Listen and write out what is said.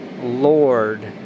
Lord